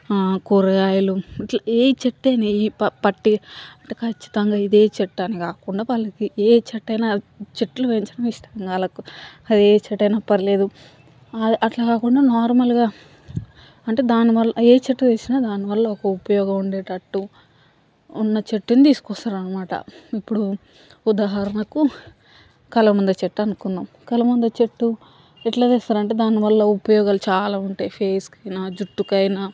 కూరగాయలు ఇట్ల ఏ చెట్టు అయినా ఇ ప పట్టి అంటే ఖచ్చితంగా ఇదే చెట్టని కాకుండా వాళ్ళకి ఏ చెట్టైనా చెట్లు పెంచడం ఇష్టం వాళ్ళకు అది ఏ చెట్టైనా పర్లేదు అట్లా కాకుండా నార్మల్గా అంటే దాని వల్ల ఏ చెట్టు ఏసిన దానివల్ల ఒక ఉపయోగం ఉండేటట్టు ఉన్న చెట్టుని తీసుకొస్తారనమాట ఇప్పుడు ఉదాహరణకు కలబంద చెట్టు అనుకున్నాం కలబంద చెట్టు ఎట్లా తెస్తారు అంటే దాని వల్ల ఉపయోగాలు చాలా ఉంటాయి ఫేస్కైనా జుట్టుకు అయినా